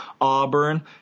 Auburn